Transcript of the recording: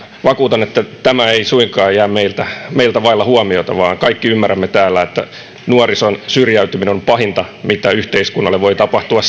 vakuutan että tämä ei suinkaan jää meiltä meiltä vaille huomiota vaan kaikki ymmärrämme täällä että nuorison syrjäytyminen on pahinta mitä yhteiskunnalle voi tapahtua